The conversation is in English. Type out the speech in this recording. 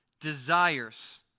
desires